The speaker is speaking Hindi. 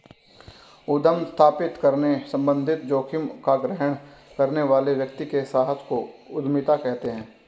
उद्यम स्थापित करने संबंधित जोखिम का ग्रहण करने वाले व्यक्ति के साहस को उद्यमिता कहते हैं